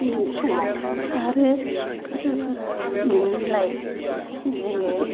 समाव आरो फिसाफोरा लिंनायलाय जोङो